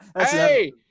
Hey